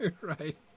Right